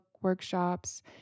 workshops